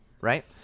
right